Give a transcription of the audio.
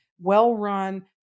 well-run